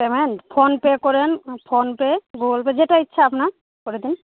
payment PhonePe করেন PhonePe Google Pay যেটা ইচ্ছা আপনার করে দিন